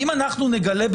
אם אנחנו נגלה,